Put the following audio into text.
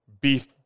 Beef